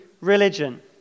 religion